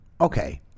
Okay